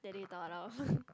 and they don't know